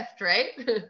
right